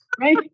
right